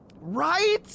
Right